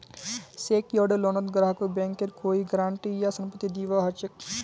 secured लोनत ग्राहकक बैंकेर कोई गारंटी या संपत्ति दीबा ह छेक